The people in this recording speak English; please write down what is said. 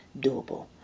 doable